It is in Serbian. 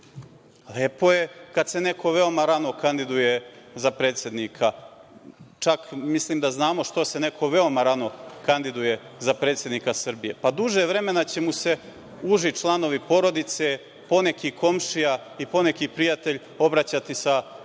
Lepo je kada se neko veoma rano kandiduje za predsednika, čak mislim da znamo što se neko veoma rano kandiduje za predsednika Srbije. Duže vremena će mu se članovi porodice, po neki komšija i po neki prijatelj obraćati sa druže